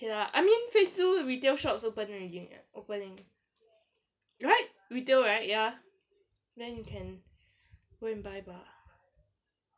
ya I mean phase two retail shops open already open already right retail right ya then you can go and buy the